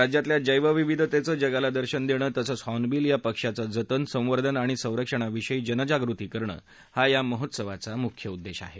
राज्यातल्या जैवविविधतेचं जगाला दर्शन देणं तसंच हॉर्नबिल या पक्ष्याच्या जतन संवर्धन आणि संरक्षणाविषयी जनजागृती करणं हा या महोत्सवाचा मुख्य उद्देश आहे